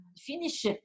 finish